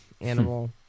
animal